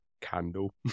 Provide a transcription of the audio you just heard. candle